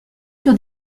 sur